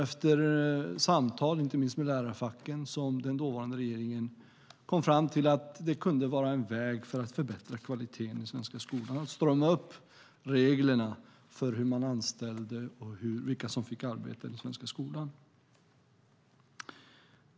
Efter samtal, inte minst med lärarfacken, kom den dåvarande regeringen fram till att det kunde vara en väg att förbättra kvaliteten i den svenska skolan att strama upp reglerna för hur man anställde och vilka som fick arbeta i den svenska skolan.